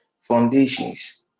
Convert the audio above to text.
foundations